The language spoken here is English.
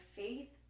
faith